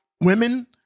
Women